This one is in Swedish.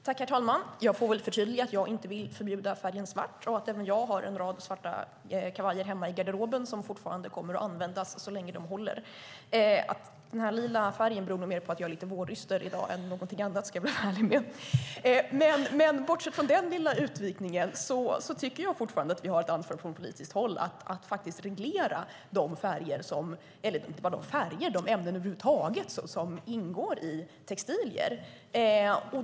Herr talman! Jag får göra ett förtydligande och säga att jag inte vill förbjuda färgen svart och att även jag har en rad svarta kavajer hemma i garderoben som kommer att användas så länge de håller. Att jag har en lila kavaj i dag beror nog mer på att jag är lite våryster i dag än på någonting annat. Det ska jag vara ärlig och säga. Men bortsett från denna lilla utvikning tycker jag fortfarande att vi från politiskt håll har ett ansvar att reglera de färger och ämnen över huvud taget som ingår i textilier.